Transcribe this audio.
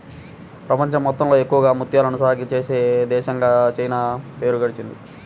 ప్రపంచం మొత్తంలో ఎక్కువగా ముత్యాలను సాగే చేసే దేశంగా చైనా పేరు గడించింది